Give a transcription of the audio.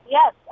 yes